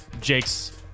Jake's